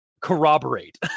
corroborate